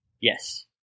yes